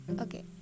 Okay